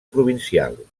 provincial